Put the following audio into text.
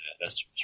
investors